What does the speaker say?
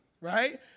right